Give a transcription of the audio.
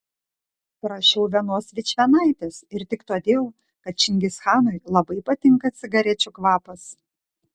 prašiau vienos vičvienaitės ir tik todėl kad čingischanui labai patinka cigarečių kvapas